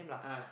ah